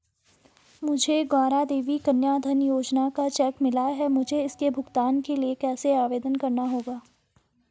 मुझे गौरा देवी कन्या धन योजना का चेक मिला है मुझे इसके भुगतान के लिए कैसे आवेदन करना होगा?